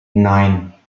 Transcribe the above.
nein